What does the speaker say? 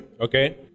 Okay